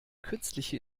künstliche